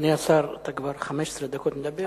אדוני השר, אתה כבר 15 דקות מדבר.